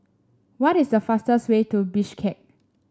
what is the fastest way to Bishkek